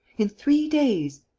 in three days.